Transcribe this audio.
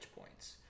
points